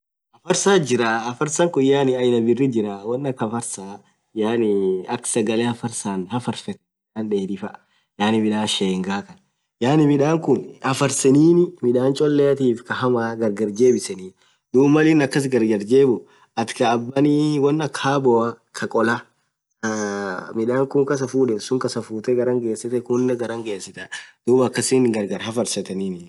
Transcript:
Haffarsath jiraah haffarsa khun aina birr jirah won akha hafarsaa yaani akha sagale hafarsan hafarfethe yaani midhan shenga khan yaani midhan khun hafarsenin midhan choleathif khaa hamma gargar jibisenin dhub Mal inn akhas gargar jebhu ath khaabanii wonn akha haboa khaa khola aaa midhakun kas fudhen sunn kasa futhee gharan gesithe khuninen gharan ghesitha. dhub akhasin gargar hafarfetheni